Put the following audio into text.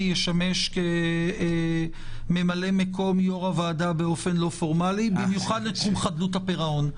ישמש ממלא מקום יו"ר הוועדה באופן לא פורמלי במיוחד בתחום חדלות הפירעון.